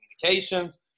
Communications